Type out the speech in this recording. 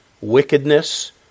wickedness